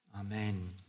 Amen